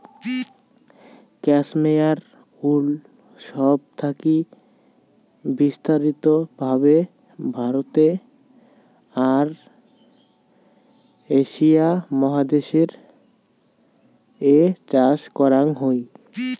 cashmere wool সব থাকি বিস্তারিত ভাবে ভারতে আর এশিয়া মহাদেশ এ চাষ করাং হই